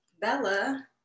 Bella